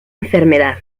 enfermedad